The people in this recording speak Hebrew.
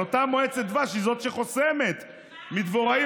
אבל אותה מועצת דבש היא שחוסמת מדבוראים